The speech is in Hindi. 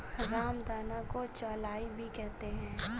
रामदाना को चौलाई भी कहते हैं